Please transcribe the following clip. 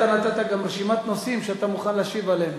אתה נתת גם רשימת נושאים שאתה מוכן להשיב עליהם,